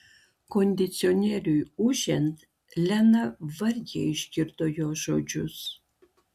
kondicionieriui ūžiant lena vargiai išgirdo jo žodžius